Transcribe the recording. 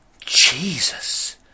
Jesus